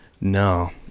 No